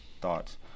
thoughts